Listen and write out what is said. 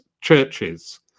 churches